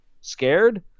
scared